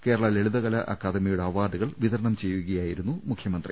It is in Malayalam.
കേരള ലളിതകലാ അക്കാദമിയുടെ അവാർഡുകൾ വിതരണം ചെയ്യുകയായിരുന്നു മുഖ്യമ ന്ത്രി